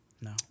No